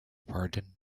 pardon